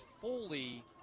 fully